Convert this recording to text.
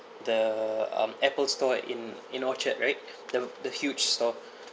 the um Apple store in in orchard right the the huge store